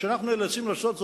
אלא כשאנחנו נאלצים לעשות זאת,